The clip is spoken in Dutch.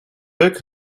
bug